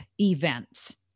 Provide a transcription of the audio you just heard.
events